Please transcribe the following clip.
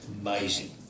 amazing